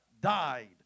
died